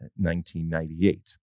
1998